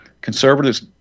conservatives